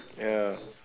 ya